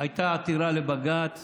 הייתה עתירה לבג"ץ